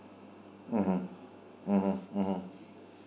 mm hmm mm hmm mm hmm